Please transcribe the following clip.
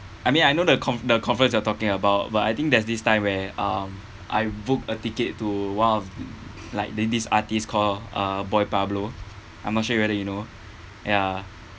I mean I know the con~ the conference you are talking about but I think there's this time where um I book a ticket to one of like the this artist called uh boy pablo I'm not sure whether you know ya